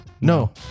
No